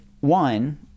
one